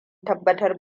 tabbatar